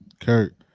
Kurt